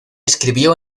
escribió